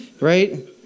right